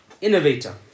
innovator